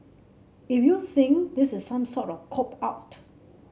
if you think this is some sort of cop out